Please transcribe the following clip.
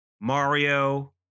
Mario